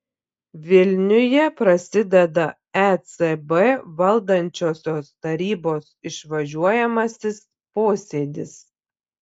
vilniuje prasideda ecb valdančiosios tarybos išvažiuojamasis posėdis